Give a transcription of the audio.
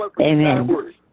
Amen